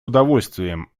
удовлетворением